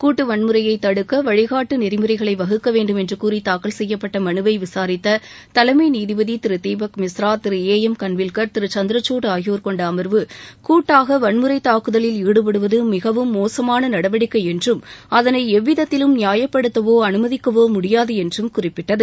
கூட்டு வன்முறையை தடுக்க வழிகாட்டு நெறிமுறைகளை வகுக்க வேண்டும் என்று கூறி தாக்கல் செய்யப்பட்ட மனுவை விசாரித்த தலைமை நீதிபதி திரு தீப்க் மிஸ்ரா திரு ஏ எம் கன்வீல்கர் திரு சந்திரகுட் ஆகியோர் கொண்ட அமர்வு கூட்டாக வன்முறைத் தாக்குதலில் ஈடுபடுவது மிகவும் மோசமான நடவடிக்கை என்றும் அதனை எவ்விதத்திலும் நியாயப்படுத்தவோ அனுமதிக்கவோ முடியாது என்றும் குறிப்பிட்டது